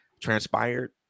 transpired